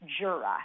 jura